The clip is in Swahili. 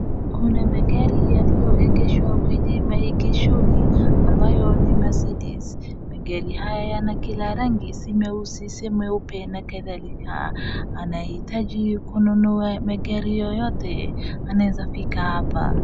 Kuna magari yaliyoegeshwa kwenye maegeshoni ambayo ni Mercedes. Magari haya yana kila rangi si meusi si meupe na kadhalika. Anayehitaji kununua magari yoyote anaeza fika hapa.